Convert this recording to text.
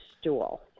stool